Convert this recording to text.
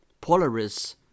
polaris